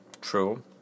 True